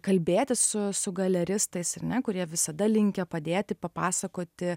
kalbėtis su su galeristais ar ne kurie visada linkę padėti papasakoti